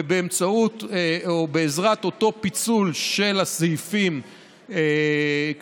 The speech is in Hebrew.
ובאמצעות או בעזרת אותו פיצול של הסעיפים כפי